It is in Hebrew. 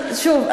שוב,